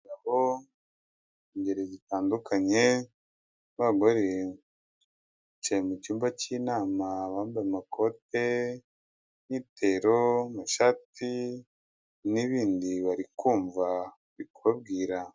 Umugabo, ingeri zitandukanye, abagore bicaye mu cyumba cy'inama, abambaye amakote, imyiitero, amashati n'ibind,i bari kumva bari kubabwira.